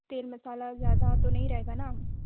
तेल मसाला ज़्यादा तो नहीं रहेगा न